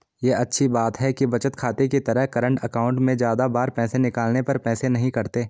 ये अच्छी बात है कि बचत खाते की तरह करंट अकाउंट में ज्यादा बार पैसे निकालने पर पैसे नही कटते है